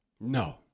No